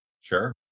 Sure